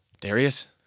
Darius